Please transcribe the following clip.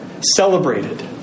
celebrated